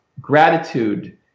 gratitude